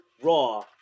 Raw